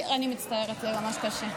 אני מצטערת, ממש קשה.